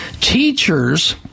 teachers